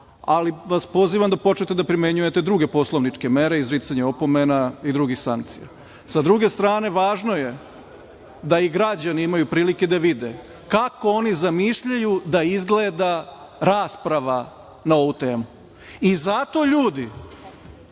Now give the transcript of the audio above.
ali vas pozivam da počnete da primenjujete druge poslovničke mere, izricanje opomena i drugih sankcija. Sa druge strane, važno je da i građani imaju prilike da vide kako oni zamišljaju da izgleda rasprava na ovu temu. I zato ljudi